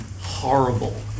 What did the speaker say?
horrible